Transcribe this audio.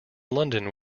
london